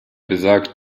besagt